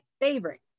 favorite